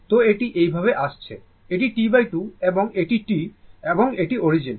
তো এটি এইভাবে আসছে এটি T2 এবং এটি T এবং এটিই অরিজিন